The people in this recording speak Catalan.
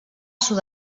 sud